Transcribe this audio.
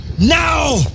Now